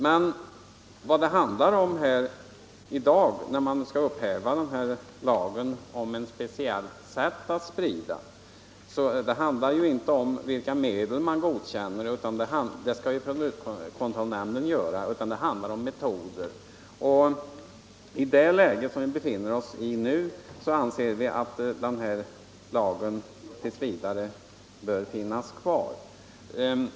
Men i dag, när vi skall fatta beslut om att upphäva lagen om förbud mot ett speciellt sätt att sprida bekämpningsmedel, handlar det inte om vilka medel som skall godkännas — det skall produktkontrollnämnden avgöra - utan det handlar om metoderna för spridning. I det läge som vi nu befinner oss anser vi att lagen tills vidare bör finnas kvar.